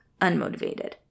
unmotivated